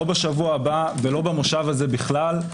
לא בשבוע הבא ולא במושב הזה בכלל.